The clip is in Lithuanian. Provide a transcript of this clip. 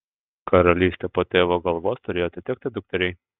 karalystė po tėvo galvos turėjo atitekti dukteriai